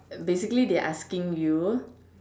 basically they are asking you